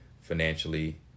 financially